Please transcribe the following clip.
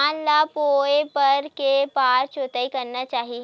धान ल बोए बर के बार जोताई करना चाही?